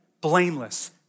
blameless